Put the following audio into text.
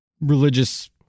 religious